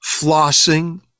flossing